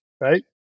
right